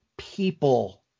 people